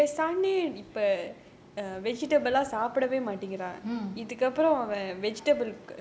mm